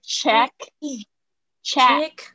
Check.Check